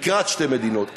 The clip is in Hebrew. לקראת שתי מדינות,